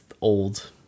old